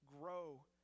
grow